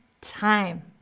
time